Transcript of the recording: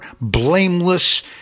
blameless